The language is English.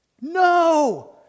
No